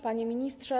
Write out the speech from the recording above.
Panie Ministrze!